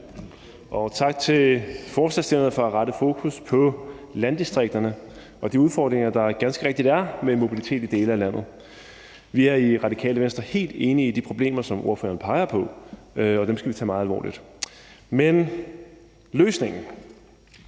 og tak til forslagsstillerne for at rette fokus på landdistrikterne og de udfordringer, der ganske rigtigt er med mobiliteten i dele af landet. Vi er i Radikale Venstre helt enige i, at der er de problemer, som ordføreren peger på, og dem skal vi tage meget alvorligt. Men løsningen,